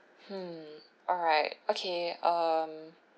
mm alright okay um